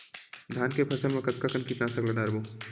धान के फसल मा कतका कन कीटनाशक ला डलबो?